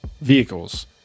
vehicles